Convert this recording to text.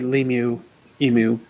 Lemu-Emu